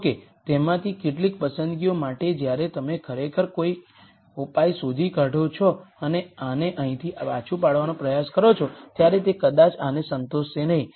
જો કે તેમાંથી કેટલીક પસંદગીઓ માટે જ્યારે તમે ખરેખર કોઈ ઉપાય શોધી કાઢો છો અને આને અહીંથી પાછું લગાડવાનો પ્રયાસ કરો છો ત્યારે તે કદાચ આને સંતોષશે નહીં